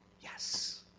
Yes